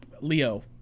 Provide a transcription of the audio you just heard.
Leo